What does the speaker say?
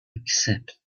except